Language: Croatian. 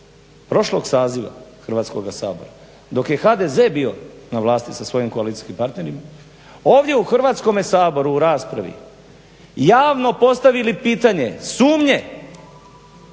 prošlog saziva Hrvatskog sabora, dok je HDZ bio na vlasti sa svojim koalicijskim partnerima, ovdje u Hrvatskom saboru u raspravi javno postavili pitanje sumnje